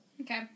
Okay